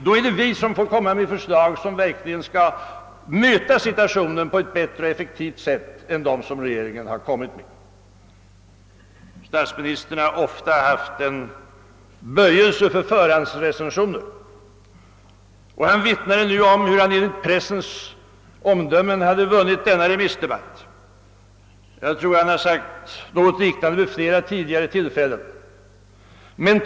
Då är det vi som får lägga fram förslag, som verkligen skall kunna möta situationens krav på ett bättre och effektivare sätt än de förslag regeringen har kommit med. Statsministern har ofta haft en böjelse för förhandsrecensioner och vittnade nyss om hur han enligt pressens omdömen hade vunnit denna remissdebatt. Jag tror att han har sagt något liknande vid flera tidigare tillfällen också.